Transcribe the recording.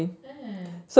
eh